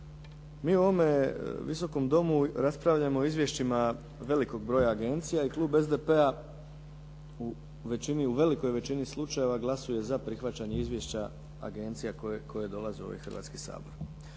mi u ovome Visokom domu raspravljamo o izvješćima velikog broja agencija i Klub SDP-a u većini, velikoj većini slučajeva glasuje za prihvaćenje izvješće agencija koje dolaze u ovaj Hrvatski sabor.